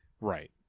Right